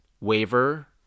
waiver